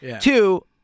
Two